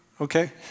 Okay